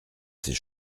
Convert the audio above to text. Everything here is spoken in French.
ces